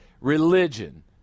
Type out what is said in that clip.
Religion